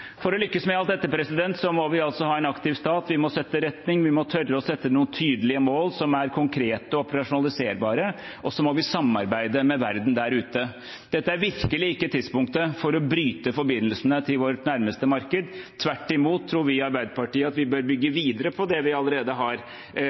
For å lykkes med alt dette må vi altså ha en aktiv stat. Vi må sette retning. Vi må tørre å sette noen tydelige mål som er konkrete og operasjonaliserbare, og vi må samarbeide med verden der ute. Dette er virkelig ikke tidspunktet for å bryte forbindelsene til vårt nærmeste marked. Tvert imot tror vi i Arbeiderpartiet at vi bør